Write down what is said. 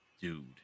dude